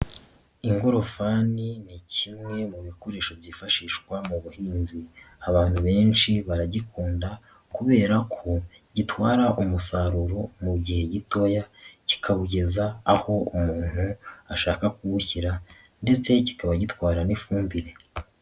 Ingorofani ni kimwe mu bikoresho byifashishwa mu buhinzi, abantu benshi baragikunda kubera ko gitwara umusaruro mu gihe gitoya kikawugeza aho umuntu ashaka kuwushyira ndetse kikaba gitwara n'ifumbire.